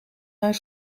haar